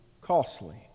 costly